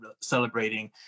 celebrating